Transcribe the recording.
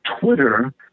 Twitter